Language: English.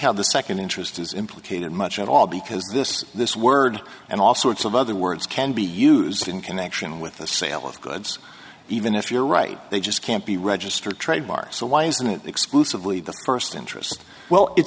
how the second interest is implicated much at all because this this word and all sorts of other words can be used in connection with the sale of goods even if you're right they just can't be registered trademark so why isn't it exclusively the first interest well it